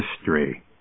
history